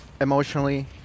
emotionally